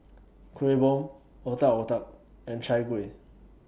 Kueh Bom Otak Otak and Chai Kueh